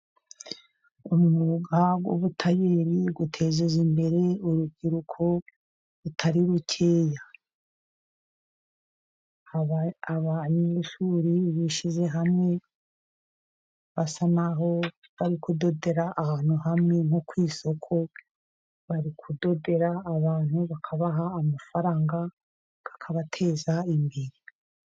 Umwuga w'ubutayeri uteje imbere urubyiruko rutari rukeya, abanyeshuri bishyize hamwe, basa n'aho bari kudodera ahantu hamwe nko ku isoko, bari kudodera abantu bakabaha amafaranga bakabateza imbere.